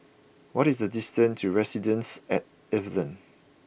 what is the distance to Residences at Evelyn